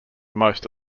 most